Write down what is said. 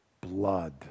blood